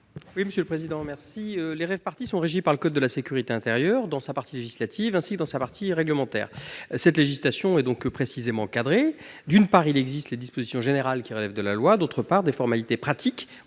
parole est à M. Jérôme Durain. Les rave-parties sont régies par le code de la sécurité intérieure, dans sa partie législative, ainsi que dans sa partie réglementaire. Ces manifestations sont donc précisément encadrées. D'une part, il existe les dispositions générales qui relèvent de la loi. D'autre part, les formalités pratiques